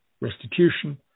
restitution